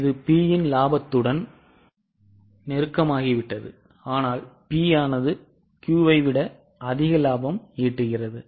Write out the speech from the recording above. இது P இன் இலாபத்துடன் நெருக்கமாகிவிட்டது ஆனால் P ஆனது Q ஐ விட அதிக லாபம் ஈட்டுகிறது